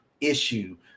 issue